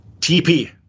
TP